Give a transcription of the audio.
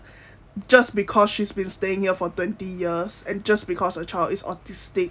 just because she's been staying here for twenty years and just because her child is autistic